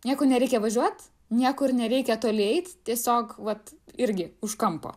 niekur nereikia važiuot niekur nereikia toli eit tiesiog vat irgi už kampo